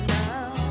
now